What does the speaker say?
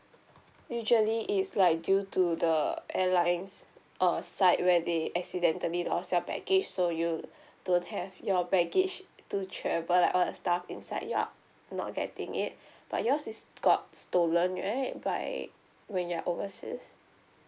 usually it's like due to the airlines uh side where they accidentally loss your baggage so you don't have your baggage to travel like all the stuff inside you're not getting it but yours is got stolen right by when you're overseas